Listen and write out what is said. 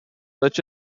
such